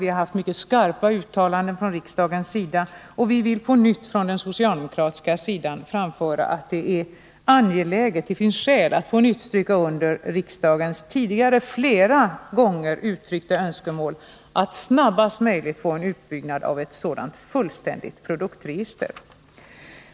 Det har gjorts mycket skarpa uttalanden av riksdagen, och vi vill på nytt framföra från socialdemokratisk sida att det finns skäl att på nytt stryka under riksdagens flera gånger tidigare uttryckta önskemål om att så snart som möjligt få en utbyggnad av ett sådant fullständigt produktregister.